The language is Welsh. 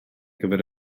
gyfer